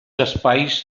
espais